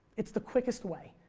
it's the quickest way.